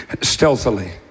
stealthily